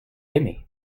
aimé